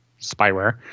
spyware